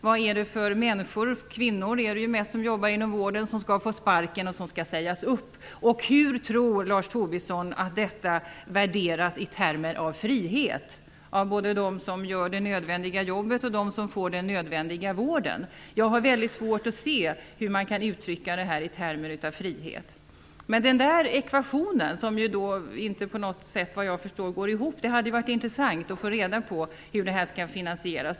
Vilka människor skall få sparken? Det är ju mest kvinnor som jobbar inom vården. Hur tror Lars Tobisson att detta värderas i termer av frihet av dem som gör det nödvändiga jobbet och av dem som får den nödvändiga vården? Jag har väldigt svårt att se hur man kan uttrycka det här i termer av frihet. Den ekvationen går såvitt jag förstår inte på något sätt ihop. Det hade varit intressant att få reda på hur det här skall finansieras.